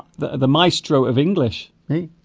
the the maestro of english the